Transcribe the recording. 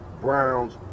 Browns